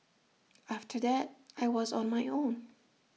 after that I was on my own